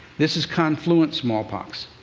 this is confluent smallpox,